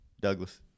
Douglas